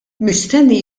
mistenni